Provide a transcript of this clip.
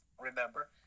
remember